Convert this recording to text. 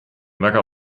väga